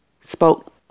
spoke